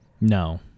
No